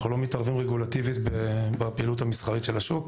אנחנו לא מתערבים רגולטיבית בפעילות המסחרית של השוק.